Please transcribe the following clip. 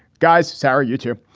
guys. sara, you too.